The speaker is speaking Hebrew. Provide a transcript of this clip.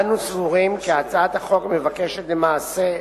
אנו סבורים שהצעת החוק מבקשת, למעשה,